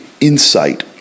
insight